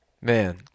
Man